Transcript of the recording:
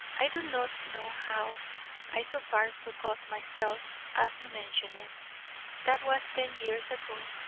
i do not know how i so far forgot myself as to mention it that was ten years ago,